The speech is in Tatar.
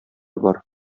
бар